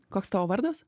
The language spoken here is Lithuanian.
koks tavo vardas